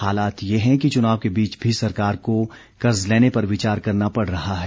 हालात ये हैं कि चुनावों के बीच भी सरकार को कर्ज लेने पर विचार करना पड़ रहा है